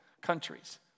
countries